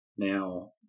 Now